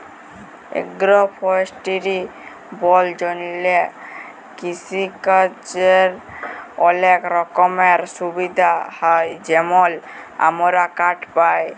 agro forestry বল জঙ্গলে কিসিকাজের অলেক রকমের সুবিধা হ্যয় যেমল আমরা কাঠ পায়